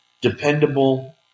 dependable